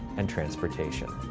and transportation.